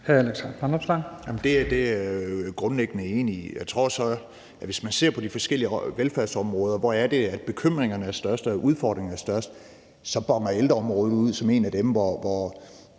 Det er jeg grundlæggende enig i. Jeg tror så, at hvis man ser på de forskellige velfærdsområder, og hvor bekymringerne er størst og udfordringerne er størst, så boner ældreområdet ud som et af dem, hvor